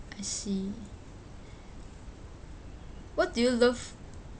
I see what do you love